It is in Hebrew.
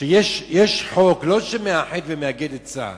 שיש חוק, לא שמאחד ומאגד את צה"ל,